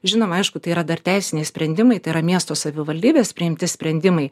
žinoma aišku tai yra dar teisiniai sprendimai tai yra miesto savivaldybės priimti sprendimai